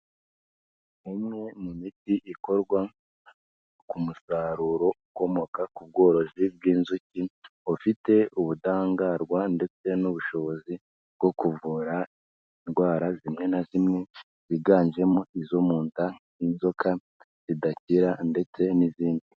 Imwe mu miti ikorwa ku musaruro ukomoka ku bworozi bw'inzuki, ufite ubudahangarwa ndetse n'ubushobozi bwo kuvura indwara zimwe na zimwe, ziganjemo izo mu nda, inzoka zidakira ndetse n'izindi.